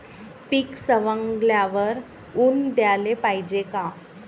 पीक सवंगल्यावर ऊन द्याले पायजे का?